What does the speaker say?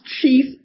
chief